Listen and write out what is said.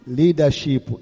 leadership